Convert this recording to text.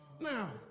Now